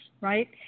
right